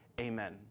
Amen